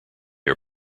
are